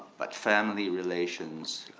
but family relations.